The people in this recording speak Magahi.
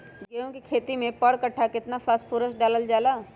गेंहू के खेती में पर कट्ठा केतना फास्फोरस डाले जाला?